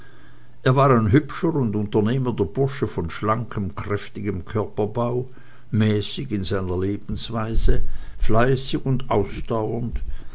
es war ein hübscher und unternehmender bursche von schlankem kräftigem körperbau mäßig in seiner lebensweise fleißig und ausdauernd